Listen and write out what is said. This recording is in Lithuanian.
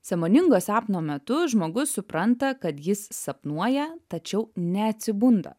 sąmoningo sapno metu žmogus supranta kad jis sapnuoja tačiau neatsibunda